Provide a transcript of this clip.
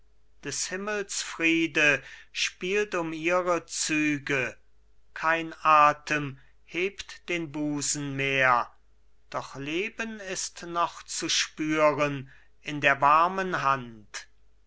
des himmels friede spielt um ihre züge kein atem hebt den busen mehr doch leben ist noch zu spüren in der warmen hand